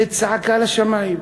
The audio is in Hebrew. זו צעקה לשמים.